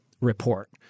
report